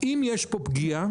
אם יש פה פגיעה,